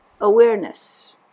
awareness